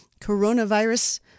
coronavirus